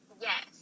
yes